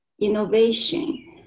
innovation